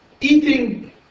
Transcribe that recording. eating